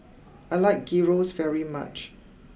I like Gyros very much